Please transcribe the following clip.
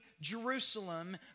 Jerusalem